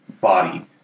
body